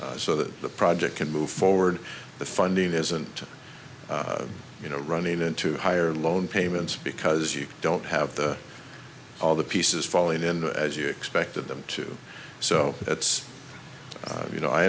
time so that the project can move forward the funding isn't you know running into higher loan payments because you don't have the all the pieces falling in as you expected them to so it's you know i